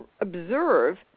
observe